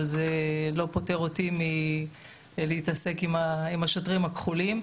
אבל זה לא פותר אותי להתעסק עם השוטרים הכחולים,